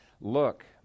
look